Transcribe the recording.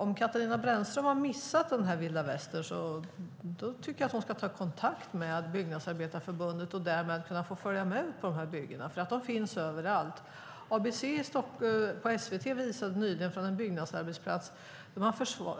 Om Katarina Brännström har missat att det är vilda västern här tycker jag att hon ska ta kontakt med Byggnadsarbetareförbundet för att få följa med ut på dessa byggen. De finns nämligen överallt. ABC på SVT visade nyligen ett inslag från en byggarbetsplats där man